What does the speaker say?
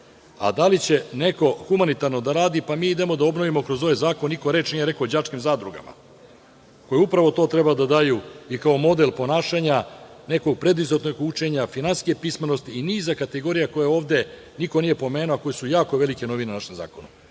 Da li će neko humanitarno da radi mi idemo da obnovimo kroz ovaj zakon. Niko reč nije rekao o đačkim zadrugama, koje upravo to treba da daju kao model ponašanja, nekog preuzetog učenja, finansijske pismenosti i niza kategorija koje ovde niko nije pomenuo, a koje su jako velike novine u našem zakonu. Ako